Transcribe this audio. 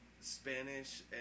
spanish